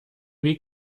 wie